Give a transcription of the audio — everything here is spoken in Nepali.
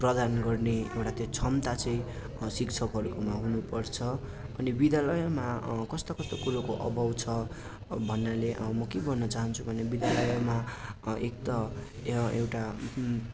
प्रदान गर्ने एउटा त्यो क्षमता चाहिँ शिक्षकहरूकोमा हुनु पर्छ अनि विद्यालयमा कस्तो कस्तो कुरोको अभाव छ भन्नाले म के गर्नु चाहान्छु भने विद्यालयमा एक त ए एउटा